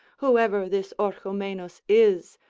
whoever this orchomenus is,